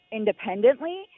independently